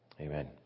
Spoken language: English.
Amen